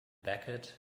becket